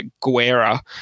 Guerra